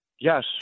Yes